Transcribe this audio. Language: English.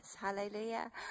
Hallelujah